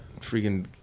freaking